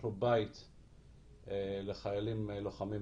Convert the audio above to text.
רוב המלגות פתוחות בפניו מעצם היותו בודד עולה,